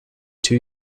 two